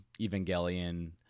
Evangelion